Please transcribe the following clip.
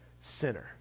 sinner